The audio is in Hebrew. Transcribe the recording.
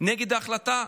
נגד ההחלטה,